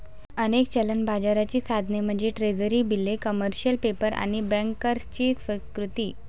अनेक चलन बाजाराची साधने म्हणजे ट्रेझरी बिले, कमर्शियल पेपर आणि बँकर्सची स्वीकृती